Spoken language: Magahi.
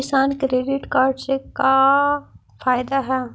किसान क्रेडिट कार्ड से का फायदा है?